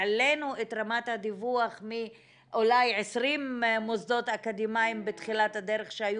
העלינו את רמת הדיווח מאולי 20 מוסדות אקדמיים שהיו